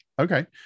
Okay